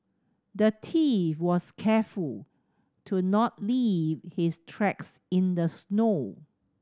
the thief was careful to not leave his tracks in the snow